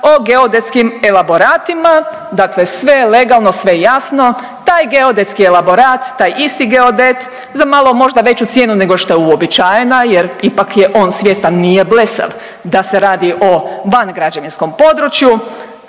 o geodetskim elaboratima, dakle sve legalno, sve jasno. Taj geodetski elaborat, taj isti geodet za malo možda veću cijenu nego što je uobičajena jer ipak je on svjestan nije blesav da se radi o van građevinskom području